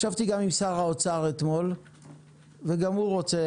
ישבתי גם עם שר האוצר אתמול וגם הוא רוצה